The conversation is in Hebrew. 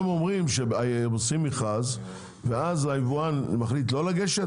הם אומרים שהם עושים מכרז ואז היבואן מחליט לא לגשת